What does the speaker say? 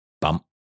bump